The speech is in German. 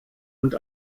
und